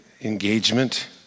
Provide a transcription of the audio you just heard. engagement